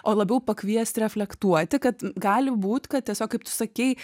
o labiau pakviesti reflektuoti kad gali būt kad tiesiog kaip tu sakei